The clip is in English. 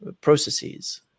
processes